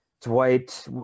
Dwight